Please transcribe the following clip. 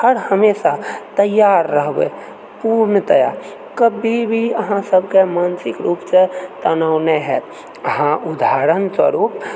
हर हमेशा तैयार रहबै पूर्णतया कभी भी अहाँ सभकेँ मानसिक रूपसँ तनाव नहि हैत हँ उदाहरण स्वरूप